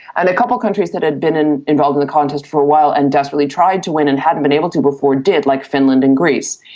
and a couple of countries that had been involved in the contest for a while and desperately tried to win and hadn't been able to before did, like finland and greece.